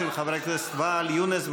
של חבר הכנסת ואאל יונס.